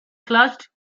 clutched